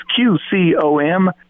QCOM